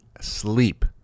sleep